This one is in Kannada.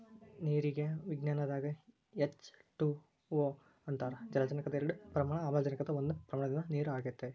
ನೇರಿಗೆ ವಿಜ್ಞಾನದಾಗ ಎಚ್ ಟಯ ಓ ಅಂತಾರ ಜಲಜನಕದ ಎರಡ ಪ್ರಮಾಣ ಆಮ್ಲಜನಕದ ಒಂದ ಪ್ರಮಾಣದಿಂದ ನೇರ ತಯಾರ ಆಗೆತಿ